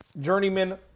journeyman